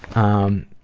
um, ah,